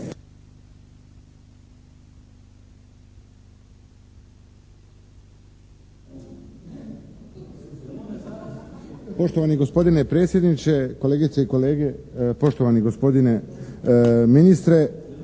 Poštovani gospodine predsjedniče, kolegice i kolege, poštovani gospodine ministre!